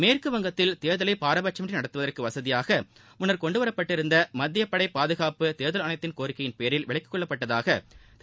மேற்குவங்கத்தில் தேர்தலை பாரபட்சமின்றி நடத்துவதற்கு வசதியாக முன்னர் கொண்டுவரப்பட்டிருந்த மத்தியப்படை பாதுகாப்பு தேர்தல் ஆணையத்தின் கோரிக்கையின் பேரில் விலக்கிக் கொள்ளப்பட்டதாக திரு